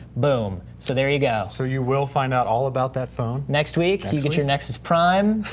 boom, so there you go. so you will find out all about that phone, next week you get your nexus prime,